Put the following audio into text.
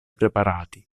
preparati